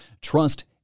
trust